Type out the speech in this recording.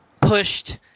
pushed